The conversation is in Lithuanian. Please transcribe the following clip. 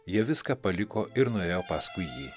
jie viską paliko ir nuėjo paskui jį